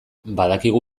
badakigu